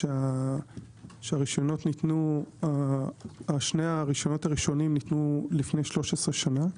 שני הרשיונות הראשונים ניתנו לפני 13 שנה.